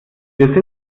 wir